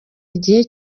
igihe